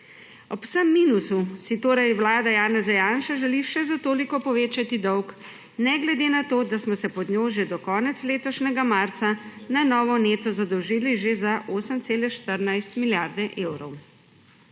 Ob vsem minusu si torej vlada Janeza Janše želi še za toliko povečati dolg, ne glede na to, da smo se pod njo že do konca letošnjega marca na novo neto zadolžili že za 8,14 milijarde evrov.